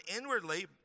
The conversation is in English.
inwardly